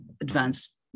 advanced